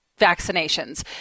vaccinations